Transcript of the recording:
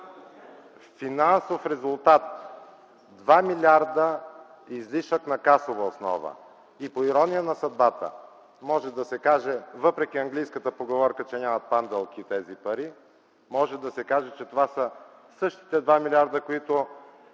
Финансов резултат – 2 млрд. излишък на касова основа. По ирония на съдбата, въпреки английската поговорка, че „нямат панделки тези пари”, може да се каже, че това са същите 2 млрд., които